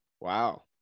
Wow